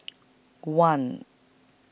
one